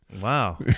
wow